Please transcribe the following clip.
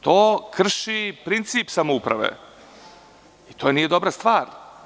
To krši princip samouprave i to nije dobra stvar.